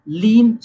lean